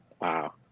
Wow